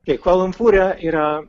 kvala lumpūre yra